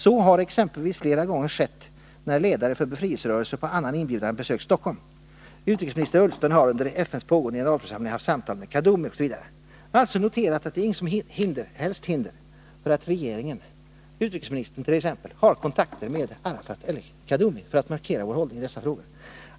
Så har exempelvis flera gånger skett när ledare för befrielserörelser på annan inbjudan besökt Stockholm. Utrikesminister Ullsten har under FN:s pågående generalförsamling haft samtal med Farouk Kaddoumi”, OSV. Utskottet har alltså noterat, att det inte finns något som helst hinder för att regeringen eller enskild regeringsmedlem — exempelvis utrikesministern — har kontakter med Arafat eller Kaddoumi för att markera vår hållning i dessa frågor.